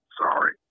Sorry